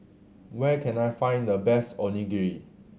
where can I find the best Onigiri